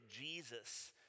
Jesus